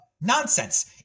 Nonsense